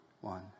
One